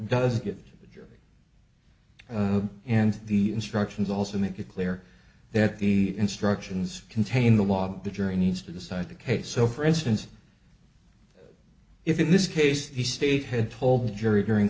does get a jury and the instructions also make it clear that the instructions contain the law the jury needs to decide the case so for instance if in this case the state had told the jury during